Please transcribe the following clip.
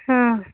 हाँ